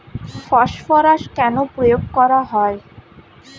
Phosphorus কেন প্রয়োগ করা হয়?